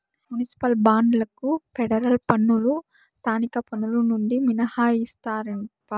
municipal బాండ్లకు federal పన్నులు స్థానిక పన్నులు నుండి మినహాయిస్తారప్పా